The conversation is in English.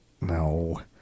No